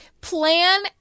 plan